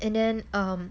and then um